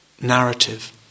narrative